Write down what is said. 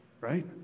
right